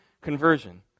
conversion